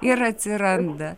ir atsiranda